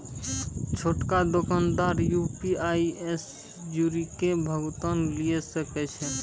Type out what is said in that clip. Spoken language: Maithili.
छोटका दोकानदार यू.पी.आई से जुड़ि के भुगतान लिये सकै छै